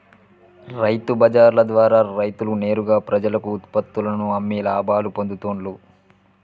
రైతు బజార్ల ద్వారా రైతులు నేరుగా ప్రజలకు ఉత్పత్తుల్లను అమ్మి లాభాలు పొందుతూండ్లు